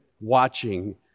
watching